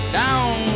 down